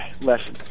lesson